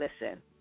listen